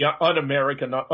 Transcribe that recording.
un-American